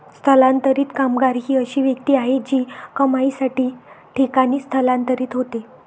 स्थलांतरित कामगार ही अशी व्यक्ती आहे जी कमाईसाठी ठिकाणी स्थलांतरित होते